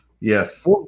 yes